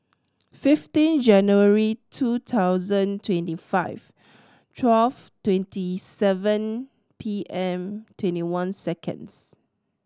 fifteen January two thousand twenty five twelve twenty seven P M twenty one seconds